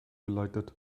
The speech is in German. geleitet